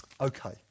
okay